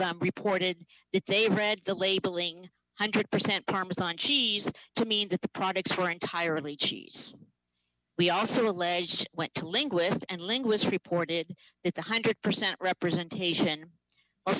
them reported it they read the labeling one hundred percent parmesan cheese to mean that the products were entirely cheese we also alleged went to linguists and linguists reported it one hundred percent representation